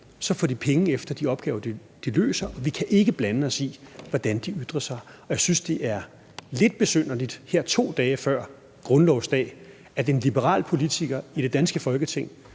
får de penge efter de opgaver, de løser; og vi kan ikke blande os i, hvordan de ytrer sig. Og jeg synes, det er lidt besynderligt, her 2 dage før grundlovsdag, at en politiker i det danske Folketing